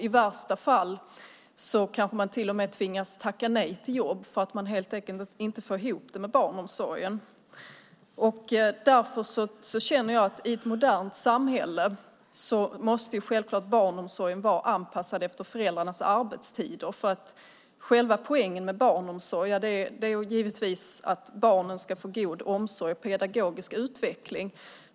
I värsta fall kanske man till och med tvingas tacka nej till jobb för att man helt enkelt inte får ihop det med barnomsorgen. I ett modernt samhälle måste självklart barnomsorgen vara anpassad efter föräldrarnas arbetstider, för själva poängen med barnomsorg är givetvis att barnen ska få god omsorg och pedagogisk utveckling.